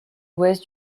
ouest